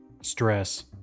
stress